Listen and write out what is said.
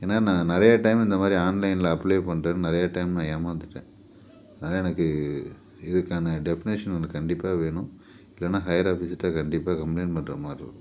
ஏன்னா நான் நிறையா டைம் இந்த மாதிரி ஆன்லைனில் அப்ளே பண்ணுறேன் நிறைய டைம் நான் ஏமாந்துட்டேன் அதனால் எனக்கு இதுக்கான டெஃபனிஷன் எனக்கு கண்டிப்பாக வேணும் இல்லைன்னா ஹயர் ஆஃபீசர்ட்டே கண்டிப்பாக கம்ப்ளைண்ட் பண்ணுற மாதிரி இருக்கும்